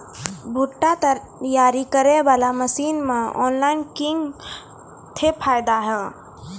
भुट्टा तैयारी करें बाला मसीन मे ऑनलाइन किंग थे फायदा हे?